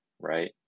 right